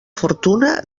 fortuna